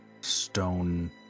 stone